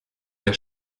der